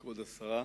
כבוד השרה,